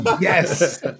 Yes